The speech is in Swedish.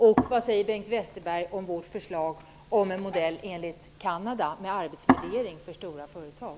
Och vad säger Bengt Westerberg om vårt förslag om en modell som den i Canada med arbetsvärdering för stora företag?